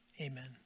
amen